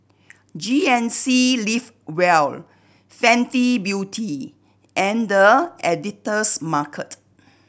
G N C Live well Fenty Beauty and The Editor's Market